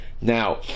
now